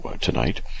tonight